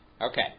Okay